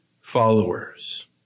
followers